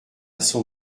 son